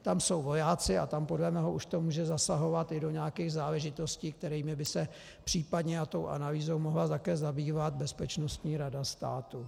Tam jsou vojáci a tam podle mého už to může zasahovat i do nějakých záležitostí, kterými by se případně, a tou analýzou, mohla také zabývat Bezpečnostní rada státu.